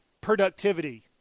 productivity